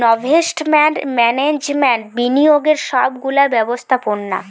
investment management বিনিয়োগের সব গুলা ব্যবস্থাপোনা